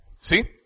See